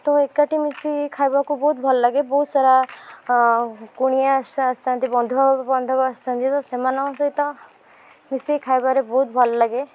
ତ ଏକାଠି ମିଶିକି ଖାଇବାକୁ ବହୁତ ଭଲ ଲାଗେ ବହୁତ ସାରା କୁଣିଆ ଆସି ଆସିଥାନ୍ତି ବନ୍ଧୁ ବାନ୍ଧବ ଆସିଥାନ୍ତି ତ ସେମାନଙ୍କ ସହିତ ମିଶିକ ଖାଇବାରେ ବହୁତ ଭଲ ଲାଗେ